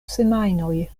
semajnoj